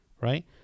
right